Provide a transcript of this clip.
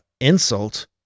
insult